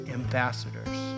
ambassadors